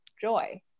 joy